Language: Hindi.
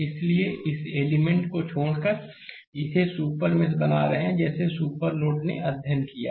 इसलिए इस एलिमेंट को छोड़कर इसे सुपर मेष बना रहे हैं जैसे सुपर नोड ने अध्ययन किया है